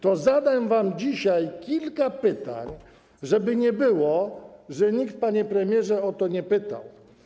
To zadam wam dzisiaj kilka pytań, żeby nie było, że nikt, panie premierze, o to nie pytał.